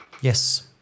Yes